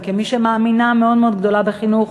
וכמי שהיא מאמינה מאוד מאוד גדולה בחינוך,